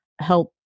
help